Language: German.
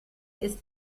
ist